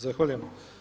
Zahvaljujem.